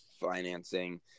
financing